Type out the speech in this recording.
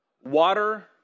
water